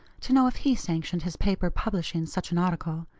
to know if he sanctioned his paper publishing such an article.